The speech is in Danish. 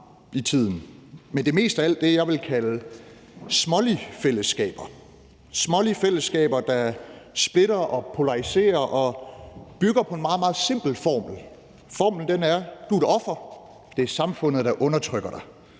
men det er mest af alt det, jeg vil kalde smålige fællesskaber – smålige fællesskaber, der splitter og polariserer og bygger på en meget, meget simpel formel. Formlen er: Du er et offer, og det er samfundet, der undertrykker dig,